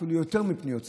אפילו יותר מפניות ציבור,